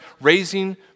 raising